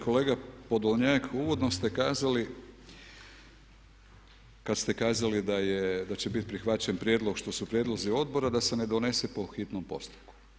Kolega Podolnjak, uvodno ste kazali kad ste kazali da će biti prihvaćen prijedlog što su prijedlozi odbora da se ne donese po hitnom postupku.